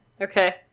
Okay